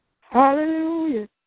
hallelujah